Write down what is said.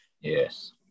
Yes